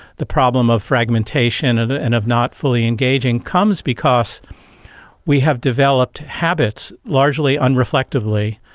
the problem of fragmentation and ah and of not fully engaging comes because we have developed habits, largely unreflectively,